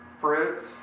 fruits